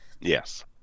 Yes